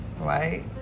right